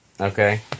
Okay